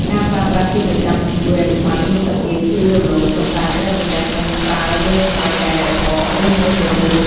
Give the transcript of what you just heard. ការប្រើប្រាស់ជាប្រចាំនឹងជួយឲ្យស្បែកមានសភាពភ្លឺរលោង ប៉ុន្តែត្រូវប្រយ័ត្នកុំប្រើលើស្បែកដែលរបក ឬមានរបួស។